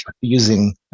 using